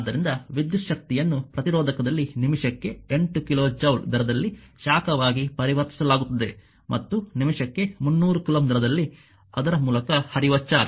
ಆದ್ದರಿಂದ ವಿದ್ಯುತ್ ಶಕ್ತಿಯನ್ನು ಪ್ರತಿರೋಧಕದಲ್ಲಿ ನಿಮಿಷಕ್ಕೆ 8 ಕಿಲೋ ಜೌಲ್ ದರದಲ್ಲಿ ಶಾಖವಾಗಿ ಪರಿವರ್ತಿಸಲಾಗುತ್ತದೆ ಮತ್ತು ನಿಮಿಷಕ್ಕೆ 300 ಕೂಲಂಬ್ ದರದಲ್ಲಿ ಅದರ ಮೂಲಕ ಹರಿಯುವ ಚಾರ್ಜ್